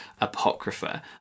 apocrypha